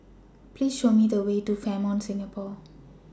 Please Show Me The Way to Fairmont Singapore